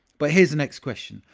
but here's the next question.